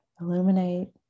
illuminate